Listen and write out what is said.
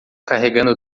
carregando